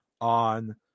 on